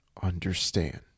understand